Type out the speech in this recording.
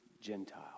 Gentile